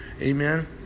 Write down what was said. Amen